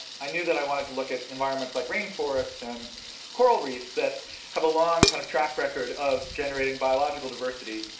i knew that i wanted to look at environments like rainforests and coral reefs that have a long kind of track record of generating biological diversity,